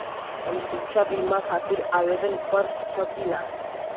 हम शिक्षा बीमा खातिर आवेदन कर सकिला?